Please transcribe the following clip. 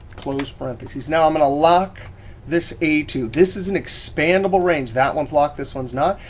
close parentheses. now, i'm gonna lock this, a two. this is an expandable range, that one's locked, this one's not.